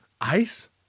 ice